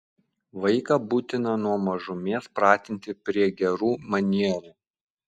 vaiką būtina nuo mažumės pratinti prie gerų manierų